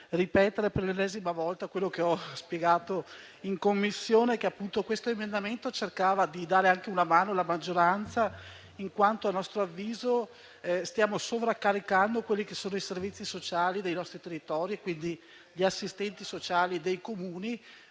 ripetere per l'ennesima volta quello che ho spiegato in Commissione. Questo emendamento cercava di dare una mano alla maggioranza, in quanto a nostro avviso stiamo sovraccaricando i servizi sociali dei nostri territori, quindi gli assistenti sociali dei Comuni,